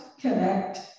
connect